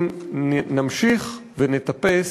אם נמשיך ונטפס,